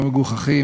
המגוחכים,